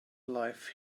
life